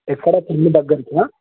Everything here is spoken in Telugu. ఎక్కడ ఇల్లు దగ్గరేనా